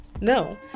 No